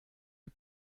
the